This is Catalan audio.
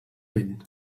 vent